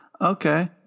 okay